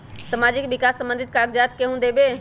समाजीक विकास संबंधित कागज़ात केहु देबे?